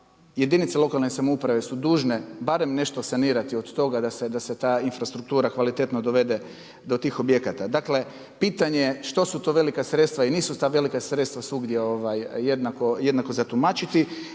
jedinice lokalne samouprave su dužne barem nešto sanirati od toga da se ta infrastruktura kvalitetno dovede do tih objekata. Dakle pitanje što su to velika sredstva i nisu ta velika sredstva svugdje jednako za tumačiti.